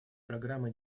программы